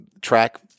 track